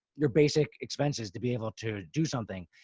your basic expenses to be able to do something.